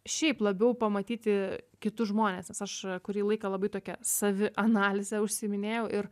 šiaip labiau pamatyti kitus žmones nes aš kurį laiką labai tokia savianalize užsiiminėjau ir